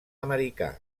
americà